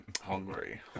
Hungry